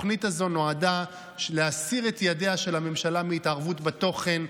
התוכנית הזו נועדה להסיר את ידיה של הממשלה מהתערבות בתוכן,